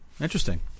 Interesting